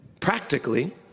Practically